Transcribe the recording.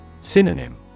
Synonym